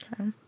Okay